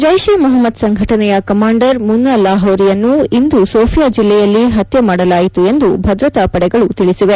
ಜೈಷೆ ಮೊಹಮ್ನದ್ ಸಂಘಟನೆಯ ಕಮಾಂಡರ್ ಮುನ್ನಾ ಲಾಹೋರಿಯನ್ನು ಇಂದು ಸೋಫಿಯಾ ಜಿಲ್ಲೆಯಲ್ಲಿ ಪತ್ತೆ ಮಾಡಲಾಯಿತು ಎಂದು ಭದ್ರತಾಪಡೆ ತಿಳಿಸಿದೆ